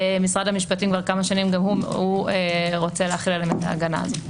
שמשרד המשפטים כבר כמה שנים גם הוא רוצה להחיל עליהם את ההגנה הזאת,